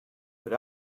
but